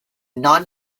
non